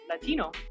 Latino